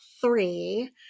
three